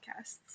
podcasts